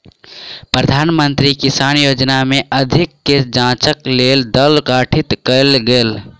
प्रधान मंत्री किसान योजना में अधिकारी के जांचक लेल दल गठित कयल गेल